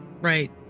Right